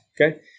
Okay